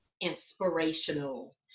inspirational